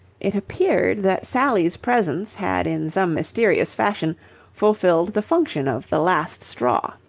it appeared that sally's presence had in some mysterious fashion fulfilled the function of the last straw.